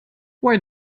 why